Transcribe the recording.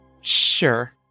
Sure